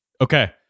Okay